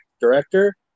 director